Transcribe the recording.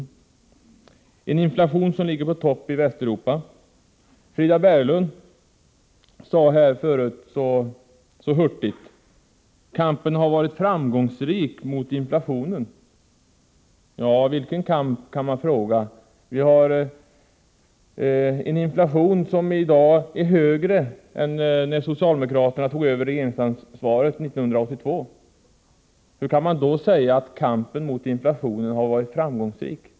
Vi har en inflation som ligger på topp i Västeuropa. Frida Berglund sade tidigare här i dag så hurtigt att kampen mot inflationen har varit framgångsrik. Man kan fråga sig om det verkligen har förts någon kamp mot inflationen. Inflationen i dag är högre än när socialdemokraterna tog över regeringsansvaret 1982. Hur kan man då säga att kampen mot inflationen har varit framgångsrik?